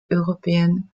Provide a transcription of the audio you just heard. européenne